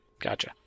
Gotcha